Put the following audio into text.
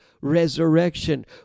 resurrection